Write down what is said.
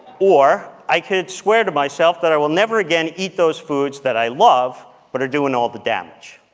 or i could swear to myself that i will never again eat those foods that i love but are doing all the damage.